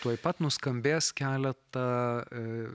tuoj pat nuskambės keletą